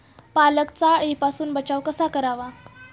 पालकचा अळीपासून बचाव कसा करावा?